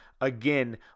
again